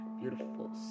beautiful